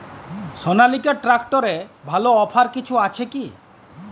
সনালিকা ট্রাক্টরে ভালো অফার কিছু আছে কি?